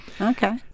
Okay